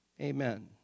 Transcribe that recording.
Amen